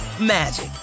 magic